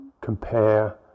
compare